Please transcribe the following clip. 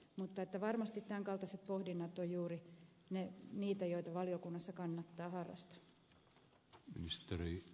mutta varmasti tämänkaltaiset pohdinnat ovat juuri niitä joita valiokunnassa kannattaa harrastaa